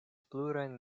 plurajn